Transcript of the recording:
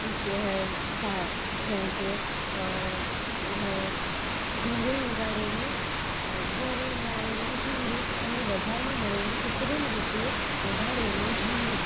જ કા જેમકે ઘરે ઉગાડેલું ઘરે ઉગાડેલુ જમરૂખ અને બજારમાં મળેલું કુત્રિમ રીતે ઉગાડેલું જમરૂખ